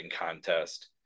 contest